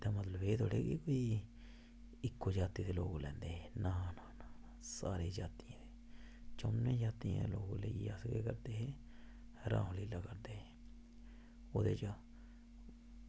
ते मतलब एह् थोह्ड़े कि इक्को जाति दे लोक लैंदे हे ना ना सारी जातियें दे चौनीं जातियें दे लोग लेइयै अस केह् करदे हे रामलीला करदे हे बड़े गै